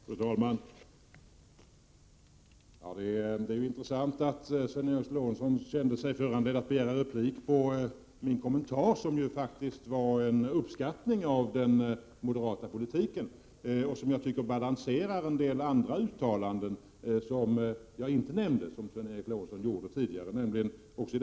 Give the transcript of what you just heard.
Fru talman! Det är intressant att Sven Eric Lorentzon kände sig föranledd att begära replik på min kommentar, som faktiskt var en uppskattning av den moderata politiken. Det som Sven Eric Lorentzon sade balanserar en del andra uttalanden som han tidigare har gjort och även gjorde i sitt inlägg nu.